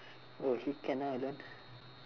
oh he cannot